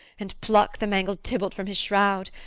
and pluck the mangled tybalt from his shroud?